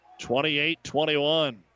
28-21